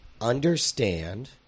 Understand